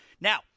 Now